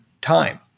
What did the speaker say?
time